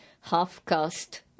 half-caste